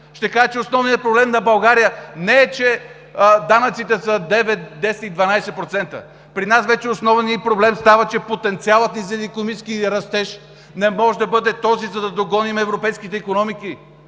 ще каже, че основният проблем на България не е, че данъците са 9, 10 и 12%. При нас основният проблем е, че потенциалът ни за икономически растеж не може да бъде този, за да догоним европейските икономики,